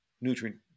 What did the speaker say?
nutrient